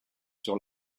sur